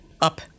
up